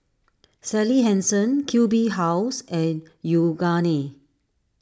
Sally Hansen Q B House and Yoogane